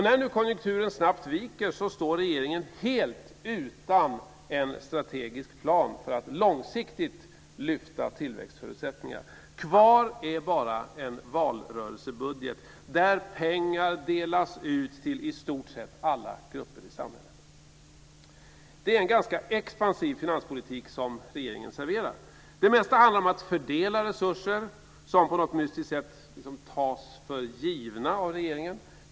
När nu konjunkturen snabbt viker står regeringen helt utan en strategisk plan för att långsiktigt lyfta tillväxtförutsättningarna. Kvar är bara en valrörelsebudget där pengar delas ut till i stort sett alla grupper i samhället. Det är en ganska expansiv finanspolitik som regeringen serverar. Det mesta handlar om att fördela resurser som på något mystiskt sätt tas för givna av regeringen.